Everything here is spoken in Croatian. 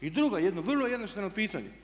I druga, jedno vrlo jednostavno pitanje.